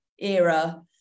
era